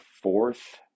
fourth